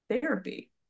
therapy